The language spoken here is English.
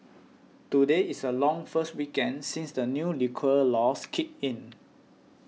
today is the first long weekend since the new liquor laws kicked in